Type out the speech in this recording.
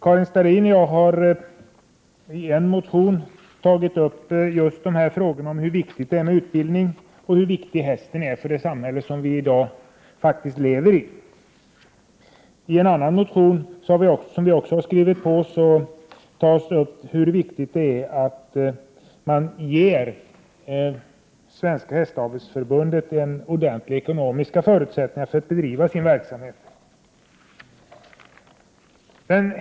Karin Starrin och jag har i en motion tagit upp just hur viktigt det är med utbildning och hur viktig hästen är för det samhälle som vi i dag lever i. I en annan motion som vi också har skrivit på tas det upp hur viktigt det är att man ger Svenska hästavelsförbundet ordentliga ekonomiska förutsättningar för att bedriva sin verksamhet.